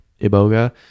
Iboga